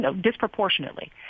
disproportionately